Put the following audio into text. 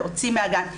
להוציא מהגן.